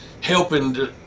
helping